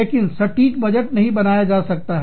लेकिन सटीक बजट नहीं बनाया जा सकता है